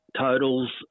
totals